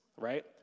right